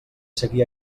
seguir